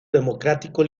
democrático